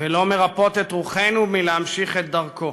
ולא מרפות את רוחנו מלהמשיך את דרכו.